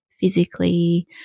physically